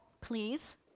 please